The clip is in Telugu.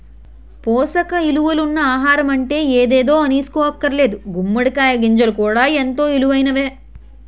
పోసక ఇలువలున్న ఆహారమంటే ఎదేదో అనీసుకోక్కర్లేదు గుమ్మడి కాయ గింజలు కూడా ఎంతో ఇలువైనయే